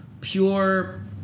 pure